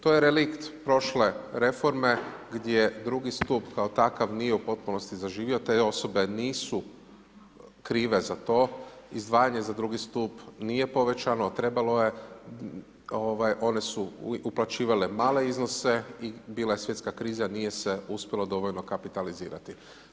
To je relikt prošle reforme gdje drugi stup kao takav nije u potpunosti zaživio, te osobe nisu krive za to, izdvajanje za drugi stup nije povećano, a trebalo je, one su uplaćivale male iznose i bila je svjetska kriza, nije se uspjelo dovoljno kapitalizirati.